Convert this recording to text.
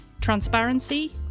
transparency